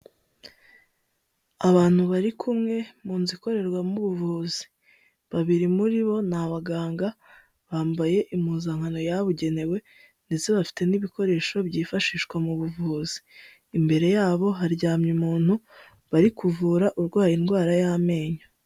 Abantu bari kumwe mu nzu ikorerwamo ubuvuzi, babiri muri bo ni abaganga bambaye impuzankano yabugenewe ndetse bafite n'ibikoresho byifashishwa mu buvuzi, imbere yabo haryamye umuntu bari kuvura urwaye indwara y'amenyo.